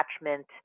attachment